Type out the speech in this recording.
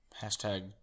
hashtag